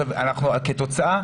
כתוצאה,